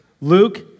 Luke